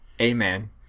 Amen